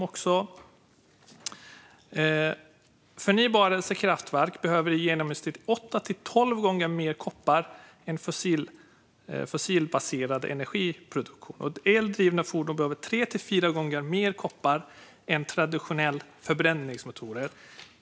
Kraftverk för förnybar energiproduktion behöver i genomsnitt åtta till tolv gånger mer koppar än fossilbaserad energiproduktion. Eldrivna fordon behöver tre till fyra gånger mer koppar än fordon med traditionella förbränningsmotorer.